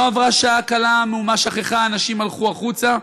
לא עברה שעה קלה, המהומה שככה, האנשים הלכו החוצה.